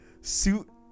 Suit